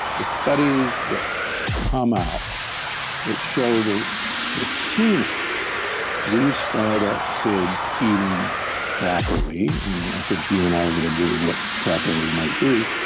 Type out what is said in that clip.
the studies that come out that show, the the sooner we start our kids eating properly, and i think you and i would agree what properly might be,